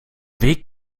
weg